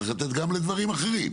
צריך לתת גם לדברים אחרים,